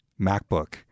MacBook